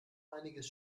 einiges